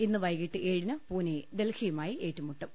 ഇന്ന് വൈകീട്ട് ഏഴിന് പൂനെ ഡൽഹിയുമായി ഏറ്റുമുട്ടും